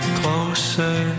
closer